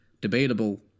debatable